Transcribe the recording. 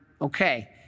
okay